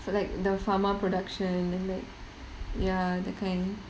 select the pharmaceutical production and like ya that kind